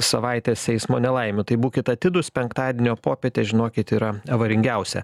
savaitės eismo nelaimių tai būkit atidūs penktadienio popietę žinokit yra avaringiausia